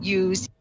use